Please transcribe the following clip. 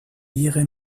ihre